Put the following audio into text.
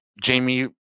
Jamie